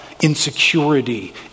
insecurity